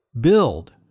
Build